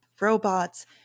robots